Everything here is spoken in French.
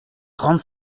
trente